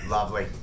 Lovely